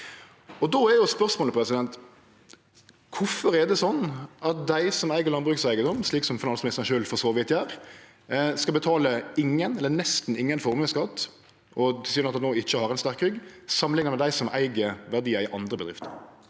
Då er spørsmålet: Kvifor er det sånn at dei som eig landbrukseigedom, slik finansministeren sjølv for så vidt gjer, skal betale ingen eller nesten ingen formuesskatt – og tilsynelatande ikkje har sterk rygg – samanlikna med dei som eig verdiar i andre bedrifter?